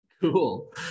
Cool